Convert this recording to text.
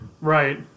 Right